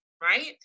right